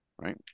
Right